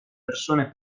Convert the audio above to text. persone